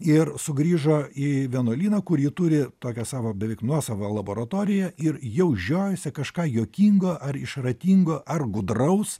ir sugrįžo į vienuolyną kur ji turi tokią savo beveik nuosavą laboratoriją ir jau žiojosi kažką juokingo ar išradingo ar gudraus